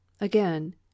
again